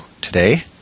today